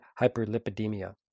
hyperlipidemia